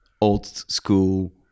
old-school